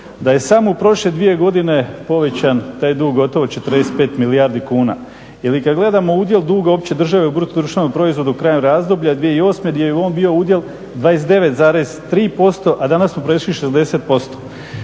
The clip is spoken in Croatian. Da je samo u prošle dvije godine povećan taj dug gotovo 45 milijardi kuna ili kad gledamo udjel duga opće države u bruto društvenom proizvoda krajem razdoblja 2008.gdje je on bio udjel 29,3% a danas smo prešli 60%